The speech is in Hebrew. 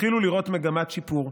התחילו לראות מגמת שיפור.